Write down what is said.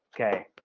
okay